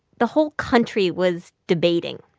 the whole country was debating.